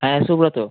হ্যাঁ সুব্রত